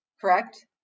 correct